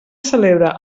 celebra